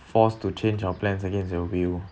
force to change your plan against your will